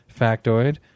factoid